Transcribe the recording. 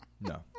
No